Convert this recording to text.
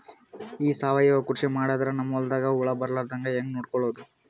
ಈ ಸಾವಯವ ಕೃಷಿ ಮಾಡದ್ರ ನಮ್ ಹೊಲ್ದಾಗ ಹುಳ ಬರಲಾರದ ಹಂಗ್ ನೋಡಿಕೊಳ್ಳುವುದ?